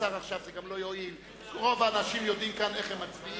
הואיל וכיושב-ראש הכנסת יש לי סמכות להודיע מתי אתה,